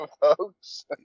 folks